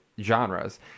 genres